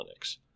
Linux